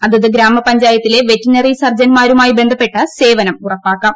ആത്ത് ഗ്രാമപഞ്ചായത്തിലെ വെറ്ററിനറി സർജൻമാരുമായി ബന്ധപ്പെട്ട് സേവനം ഉറപ്പാക്കാം